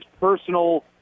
personal